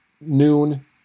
noon